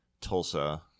Tulsa